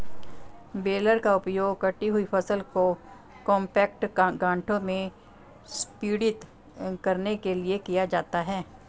baler का उपयोग कटी हुई फसल को कॉम्पैक्ट गांठों में संपीड़ित करने के लिए किया जाता है